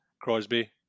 Crosby